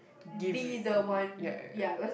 give ya ya ya